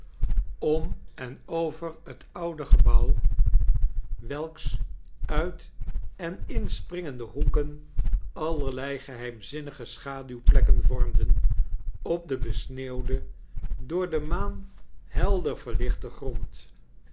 am en over het oude gebouw welks uit en inspringende hoeken allerlei geheimr zinnige schaduwplekken vormden op den besneeuwden door de maan helder yerlichten grond